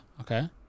okay